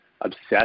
obsessed